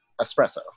espresso